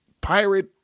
pirate